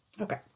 Okay